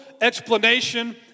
explanation